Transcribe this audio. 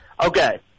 Okay